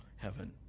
heaven